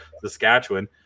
Saskatchewan